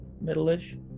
middle-ish